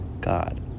god